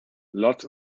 lots